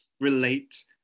relate